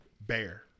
bear